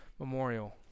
Memorial